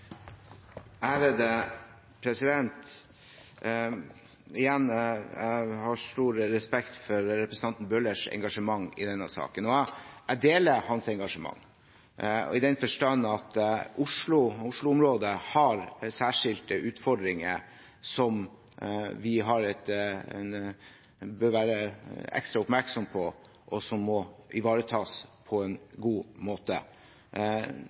Igjen: Jeg har stor respekt for representanten Bøhlers engasjement i denne saken. Jeg deler hans engasjement i den forstand at Oslo og Oslo-området har særskilte utfordringer som vi bør være ekstra oppmerksom på, og som må ivaretas på en god måte.